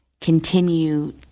continue